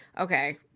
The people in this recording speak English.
okay